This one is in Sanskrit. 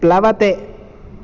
प्लवते